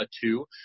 two